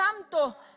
Santo